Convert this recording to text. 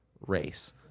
race